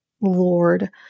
Lord